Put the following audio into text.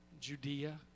Judea